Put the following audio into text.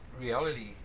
reality